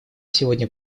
сегодня